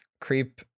creep